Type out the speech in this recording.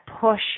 push